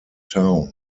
town